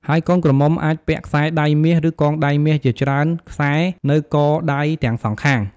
ហើយកូនក្រមុំអាចពាក់ខ្សែដៃមាស ឬកងដៃមាសជាច្រើនខ្សែនៅកដៃទាំងសងខាង។